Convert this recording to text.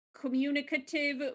communicative